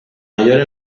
mayor